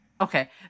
Okay